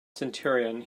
centurion